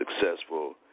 successful